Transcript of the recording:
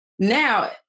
Now